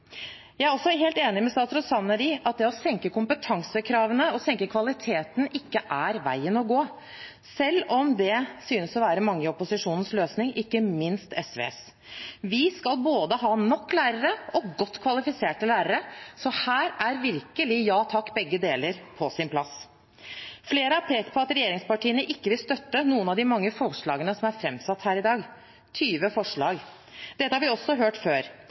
Jeg er også helt enig med statsråd Sanner i at det å senke kompetansekravene og senke kvaliteten ikke er veien å gå – selv om det synes å være mange i opposisjonens løsning, ikke minst SVs. Vi skal ha både nok lærere og godt kvalifiserte lærere, så her er virkelig ja takk, begge deler på sin plass. Flere har pekt på at regjeringspartiene ikke vil støtte noen av de mange forslagene som er framsatt her i dag – 20 forslag. Dette har vi også hørt før.